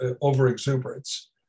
over-exuberance